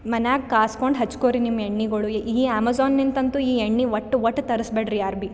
ಮನ್ಯಾಗೆ ಕಾಸ್ಕೊಂಡು ಹಚ್ಕೋ ರೀ ನಿಮ್ಮ ಎಣ್ಣೆಗಳು ಈ ಅಮೆಝನ್ನಿಂತ ಅಂತು ಈ ಎಣ್ಣೆ ಒಟ್ ಒಟ್ ತರಿಸಬ್ಯಾಡ್ರಿ ಯಾರು ಬಿ